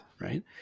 Right